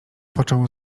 począł